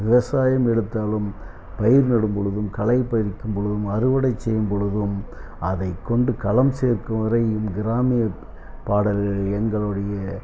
விவசாயம் எடுத்தாலும் பயிர் நடும் பொழுதும் களை பறிக்கும் பொழுதும் அறுவடை செய்யும் பொழுதும் அதை கொண்டு களம் சேர்க்கும் வரை கிராமிய பாடல்கள் எங்களுடைய